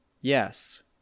Yes